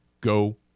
Go